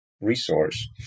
resource